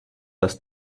das